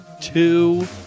two